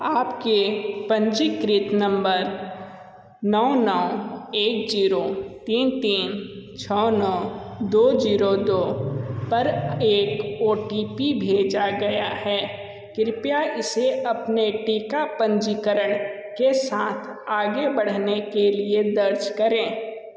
आपके पंजीकृत नंबर नौ नौ एक जीरो तीन तीन छ नौ दो जीरो दो पर एक ओ टी पी भेजा गया है कृपया इसे अपने टीका पंजीकरण के साथ आगे बढ़ाने के लिए दर्ज करें